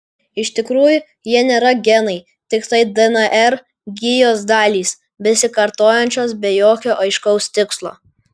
iš tikrųjų jie nėra genai tiktai dnr gijos dalys besikartojančios be jokio aiškaus tikslo